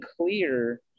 clear